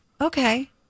Okay